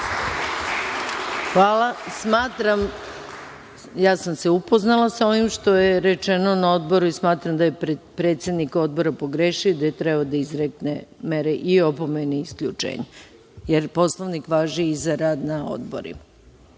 Hvala. Ja sam se upoznala sa ovim što je rečeno na Odboru i smatram da je predsednik Odbora pogrešio i da je trebao da izrekne opomene i mere isključenja. Poslovnik važi i za rad na odborima.